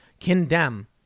condemn